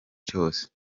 cyose